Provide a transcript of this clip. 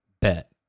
Bet